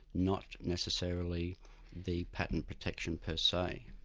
not necessarily the patent protection per se.